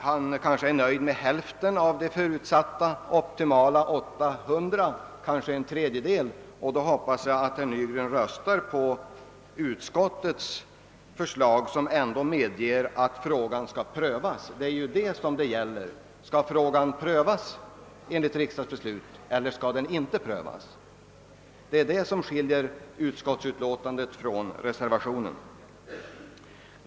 Han kanske är nöjd med hälften av de optimalt till 800 beräknade anställda — ja, kanske med en tredjedel — och då hoppas jag att herr Nygren röstar för utskottets förslag som medger att frågan skall prövas. Det är detta det gäller: Skall frå. gan prövas enligt riksdagsbeslut eller skall den inte prövas alls? Däri ligger skillnaden mellan <utskottsutlåtandet och reservationen.